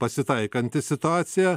pasitaikanti situacija